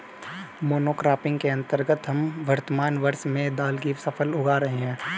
monocropping के अंतर्गत हम वर्तमान वर्ष में दाल की फसल उगा रहे हैं